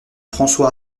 françois